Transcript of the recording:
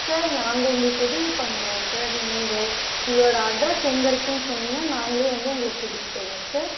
sir நாங்கள் உங்களுக்கு உதவி பண்ணுறோம் சார் நீங்கள் உங்களோடய அட்ரஸ் எங்கே இருக்குதுன்னு சொன்னிங்கன்னால் நாங்களே வந்து உங்கள கூட்டிகிட்டு போகிறோம் சார்